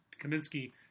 Kaminsky